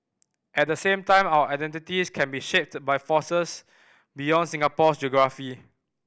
at the same time our identities can be shaped by forces beyond Singapore's geography